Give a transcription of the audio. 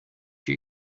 you